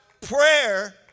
Prayer